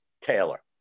taylor